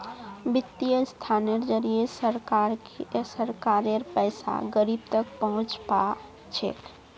वित्तीय संस्थानेर जरिए सरकारेर पैसा गरीब तक पहुंच पा छेक